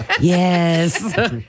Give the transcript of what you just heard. Yes